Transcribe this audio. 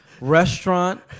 restaurant